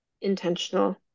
intentional